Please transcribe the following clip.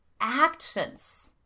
actions